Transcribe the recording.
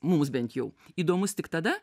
mums bent jau įdomus tik tada